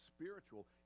spiritual